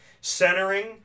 Centering